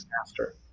master